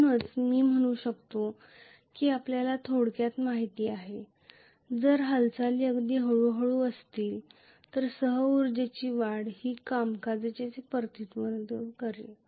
म्हणूनच मी म्हणू शकतो की आपल्याला थोडक्यात माहित आहे जर हालचाली अगदी हळूहळू होत असतील तर सह उर्जेची वाढ ही कामकाजाचे प्रतिनिधित्व करते